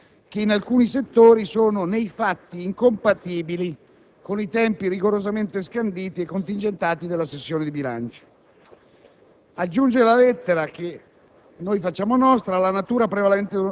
e pone un problema del tutto inedito di compatibilità con le procedure parlamentari previste dalla sessione di bilancio. La lettera in oggetto specifica che si tratta di un testo di 300 pagine di articolato con minuziose modifiche ordinamentali,